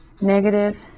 negative